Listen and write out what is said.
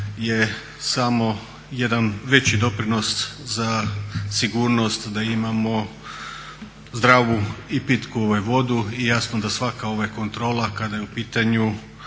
je samo jedan veći doprinos za sigurnost da imamo zdravu i pitku vodu i jasno da svaka kontrola kada je u pitanju